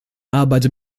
arbeitet